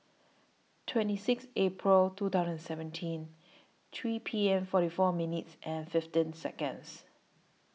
twenty six April two thousand and seventeen three P M forty four minutes and fifteen Seconds